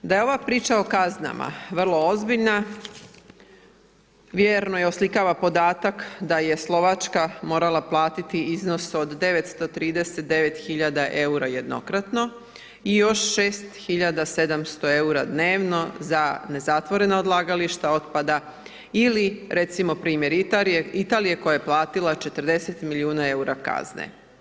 Da je ova priča o kaznama vrlo ozbiljna, vjerno je oslikava podatak da je Slovačka morala platiti iznos od 939 000 eura jednokratno i još 6 7000 eura dnevno za nezatvorena odlagališta otpada ili recimo primjer Italije koja je platila 40 milijuna eura kazne.